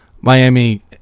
Miami